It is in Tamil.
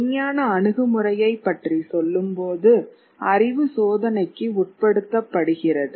விஞ்ஞான அணுகுமுறையை பற்றி சொல்லும்போது அறிவு சோதனைக்கு உட்படுத்தப்பட்டபடுகிறது